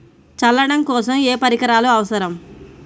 చల్లడం కోసం ఏ పరికరాలు అవసరం?